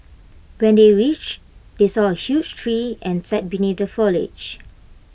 when they reached they saw A huge tree and sat beneath the foliage